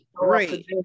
Right